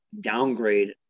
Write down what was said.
downgrade